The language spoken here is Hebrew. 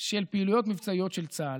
של פעילויות מבצעיות של צה"ל.